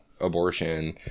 abortion